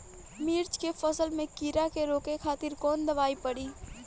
मिर्च के फसल में कीड़ा के रोके खातिर कौन दवाई पड़ी?